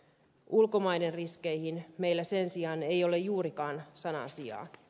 ulkomaiden riskeihin meillä sen sijaan ei ole juurikaan sanan sijaa